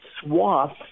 swaths